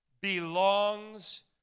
belongs